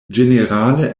ĝenerale